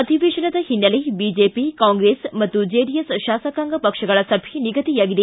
ಅಧಿವೇಶನದ ಹಿನ್ನೆಲೆ BJP Congress ಮತ್ತು ಜೆಡಿಎಸ್ ಶಾಸಕಾಂಗ ಪಕ್ಷಗಳ ಸಭೆ ನಿಗದಿಯಾಗಿದೆ